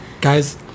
Guys